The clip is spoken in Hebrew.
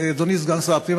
אדוני סגן שר הפנים,